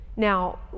Now